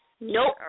Nope